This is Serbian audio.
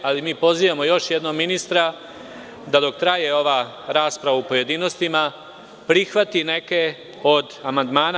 Ali, mi pozivamo još jednom ministra da dok traje ova rasprava u pojedinostima prihvati neke od amandmana.